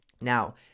Now